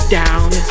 down